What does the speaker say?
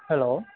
hello